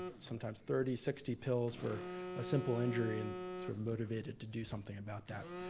sometimes thirty, sixty pills for a simple injury and sort of motivated to do something about that.